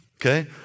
okay